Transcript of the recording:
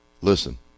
Listen